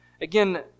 Again